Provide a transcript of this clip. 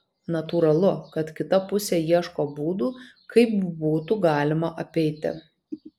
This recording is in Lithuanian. natūralu kad kita pusė ieško būdų kaip būtų galima apeiti